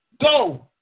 go